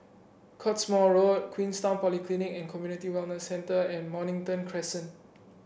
Cottesmore Road Queenstown Polyclinic and Community Wellness Centre and Mornington Crescent